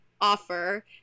offer